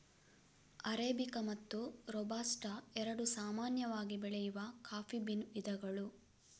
arabica ಮತ್ತು robusta ಎರಡು ಸಾಮಾನ್ಯವಾಗಿ ಬೆಳೆಯುವ ಕಾಫಿ ಬೀನ್ ವಿಧಗಳು